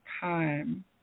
time